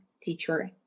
teacher